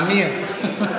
עמיר.